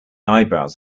eyebrows